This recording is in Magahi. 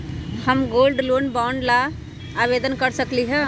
का हम गोल्ड बॉन्ड ला आवेदन कर सकली ह?